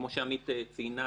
כמו שעמית ציינה,